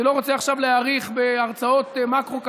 אני לא רוצה עכשיו להאריך בהרצאות מקרו-כלכלה,